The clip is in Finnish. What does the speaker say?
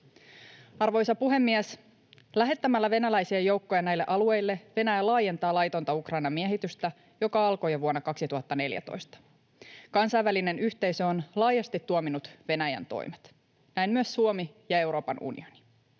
Arvoisa puhemies! Lähettämällä venäläisiä joukkoja näille alueille Venäjä laajentaa laitonta Ukrainan miehitystä, joka alkoi jo vuonna 2014. Kansainvälinen yhteisö on laajasti tuominnut Venäjän toimet, näin myös Suomi ja Euroopan unioni.